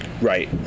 Right